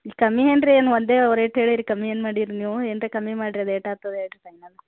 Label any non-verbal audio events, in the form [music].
ಕಮ್ಮಿ ಅಂದ್ರೆ ಏನು ಒಂದೇ ರೇಟ್ ಹೇಳೀರಿ ಕಮ್ಮಿಯೇನು ಮಾಡೀರಿ ನೀವು ಏನಾರ ಕಮ್ಮಿ ಮಾಡ್ರಿ ಅದು ಎಷ್ಟಾತದ್ ಹೇಳ್ರಿ [unintelligible]